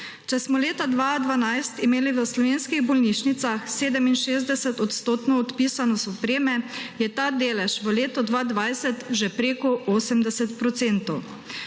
»Če smo leta 2012 imeli v slovenskih bolnišnicah 67-odstotno odpisanost opreme, je ta delež v letu 2020 že preko 80 %.